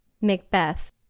Macbeth